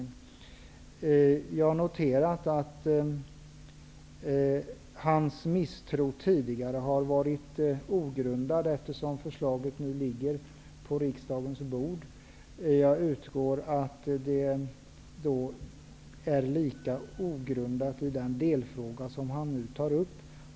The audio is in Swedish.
Jag har noterat att Lennart Nilssons misstro tidigare har varit ogrundad, eftersom förslaget nu ligger på riksdagens bord. Jag utgår ifrån att den är lika ogrundad när det gäller den delfråga som han nu tar upp.